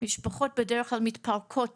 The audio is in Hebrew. המשפחות בדרך כלל מתפרקות